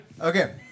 Okay